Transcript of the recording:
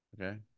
Okay